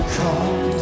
come